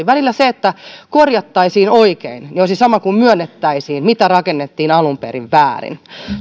välillä se että korjattaisiin oikein olisi sama kuin myönnettäisiin mitä rakennettiin alun perin väärin